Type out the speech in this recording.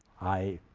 i